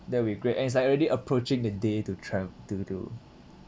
that'll be great and it's like already approaching the day to tra~ to to